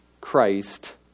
Christ